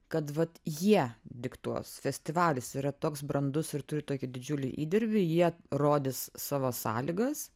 kad vat jie diktuos festivalis yra toks brandus ir turi tokį didžiulį įdirbį jie rodys savo sąlygas